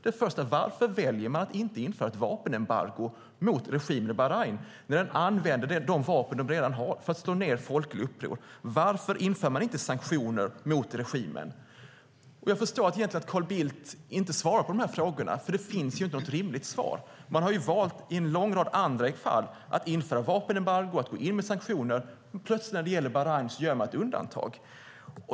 Den första är: Varför väljer man inte att införa ett vapenembargo mot regimen i Bahrain när de använde de vapen de redan har för att slå ned folkliga uppror? Varför inför man inte sanktioner mot regimen? Jag förstår egentligen varför Carl Bildt inte svarar på frågorna, för det finns inget rimligt svar. Man har valt i en lång rad andra fall att införa vapenembargo och att gå in med sanktioner. Men plötsligt, när det gäller Bahrain, gör man ett undantag.